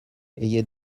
ayez